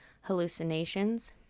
hallucinations